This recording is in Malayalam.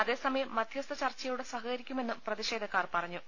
അതേസമയം മധൃസ്ഥ ചർച്ചയോട് സഹകരിക്കുമെന്നും പ്രതിഷേധക്കാർ പറഞ്ഞു